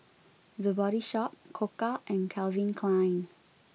the Body Shop Koka and Calvin Klein